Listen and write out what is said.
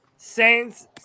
Saints